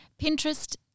Pinterest